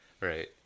Right